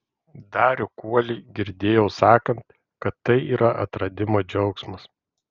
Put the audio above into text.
darių kuolį girdėjau sakant kad tai yra atradimo džiaugsmas